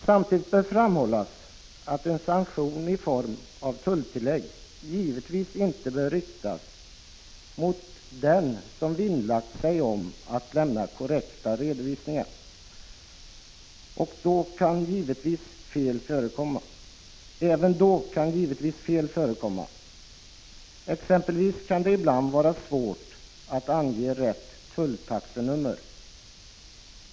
Samtidigt bör framhållas att en sanktion i form av tulltillägg givetvis inte bör riktas mot den som vinnlagt sig om att lämna korrekta redovisningar. Även då kan givetvis fel förekomma. Exempelvis kan det ibland vara svårt att ange rätt tulltaxenummer.